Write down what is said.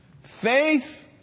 faith